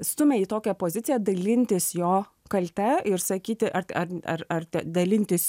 stumia į tokią poziciją dalintis jo kalte ir sakyti ar ar ar ar dalintis